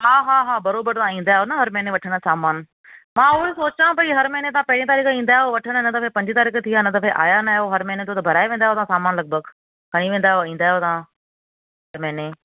हा हा हा बराबरि तव्हां ईंदा आहियो न हरि महिने वठणु सामान मां उहो ई सोचां पई हरि महिने तव्हां पहिरीं तारीख़ ईंदा आहियो वठणु हिन दफ़े पंजीं तारीख़ थी आहे हिन दफ़े आया नाहियो हर महिने जो भराए वेंदा आहियो तव्हां सामान लॻभॻि खणी वेंदा आहियो ईंदा आहियो तव्हां हर महिने